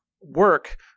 work